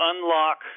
unlock